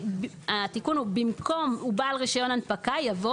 התיקון הוא במקום "ובעל רישיון הנפקה" יבוא